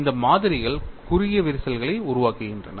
இந்த மாதிரிகள் குறுகிய விரிசல்களை உருவாக்குகின்றன